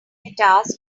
guitars